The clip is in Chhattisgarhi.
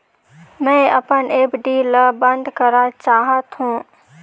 मैं अपन एफ.डी ल बंद करा चाहत हों